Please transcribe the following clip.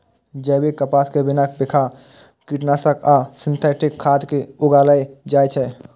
जैविक कपास कें बिना बिखाह कीटनाशक आ सिंथेटिक खाद के उगाएल जाए छै